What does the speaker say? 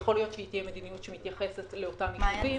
יכול להיות שהיא תהיה מדיניות שמתייחסת לאותם יישובים.